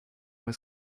was